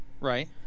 Right